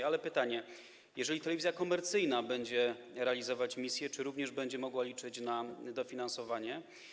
Stawiam pytanie: Jeżeli telewizja komercyjna będzie realizować misję, to czy również będzie mogła liczyć na dofinansowanie?